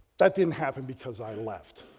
that didn't happen because i left,